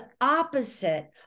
opposite